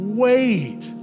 wait